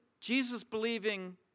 Jesus-believing